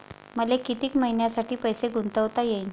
मले कितीक मईन्यासाठी पैसे गुंतवता येईन?